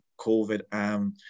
COVID